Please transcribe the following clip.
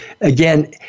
again